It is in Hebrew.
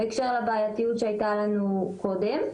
זה בהקשר לבעייתיות שהייתה לנו קודם.